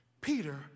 Peter